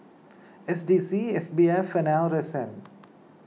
S D C S B F and R S N